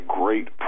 great